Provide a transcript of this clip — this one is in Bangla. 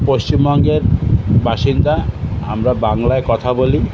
পশ্চিমবঙ্গের বাসিন্দা আমরা বাংলায় কথা বলি